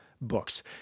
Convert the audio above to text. books